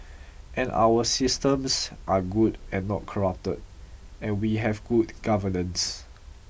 and our systems are good and not corrupt and we have good governance